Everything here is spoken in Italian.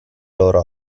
loro